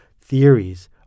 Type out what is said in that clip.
theories